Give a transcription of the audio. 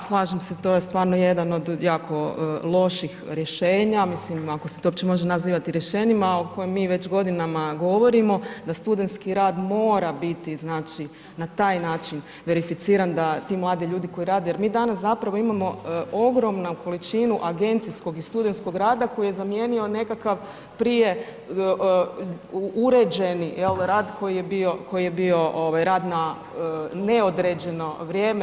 Da, slažem se to je stvarno jedan od jako loših rješenja, mislim ako se to uopće može nazivati rješenjima o kojima mi već godinama govorimo da studentski rad mora biti na taj način verificiran da ti mladi ljudi koji rade jer mi danas imamo ogromnu količinu agencijskog i studentskog rada koji je zamijenio nekakav prije uređeni rad koji je bio rad na neodređeno vrijeme.